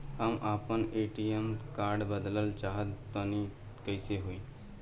हम आपन ATM card बदलल चाह तनि कइसे होई?